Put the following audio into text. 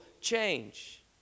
change